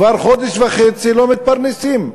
כבר חודש וחצי לא מתפרנסים.